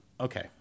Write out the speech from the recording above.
Okay